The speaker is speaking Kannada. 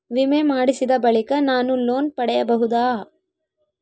ವಿಮೆ ಮಾಡಿಸಿದ ಬಳಿಕ ನಾನು ಲೋನ್ ಪಡೆಯಬಹುದಾ?